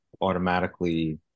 automatically